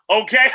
Okay